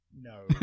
No